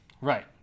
Right